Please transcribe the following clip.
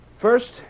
First